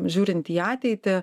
žiūrint į ateitį